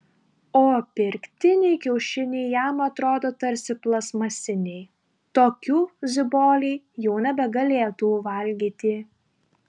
o pirktiniai kiaušiniai jam atrodo tarsi plastmasiniai tokių ziboliai jau nebegalėtų valgyti